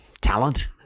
talent